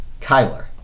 Kyler